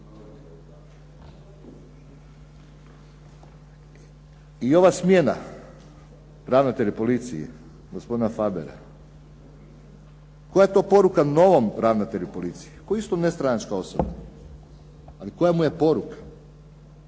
I ova smjena ravnatelja policije, gospodina Fabera, koja je tu poruka novom ravnatelju policije koji je isto nestranačka osoba, ali koja mu je poruka?